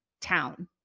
town